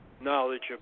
knowledge